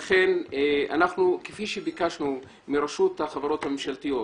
כפי שביקשנו רשות החברות הממשלתיות,